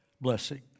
blessing